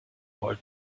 volt